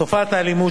תופעת האלימות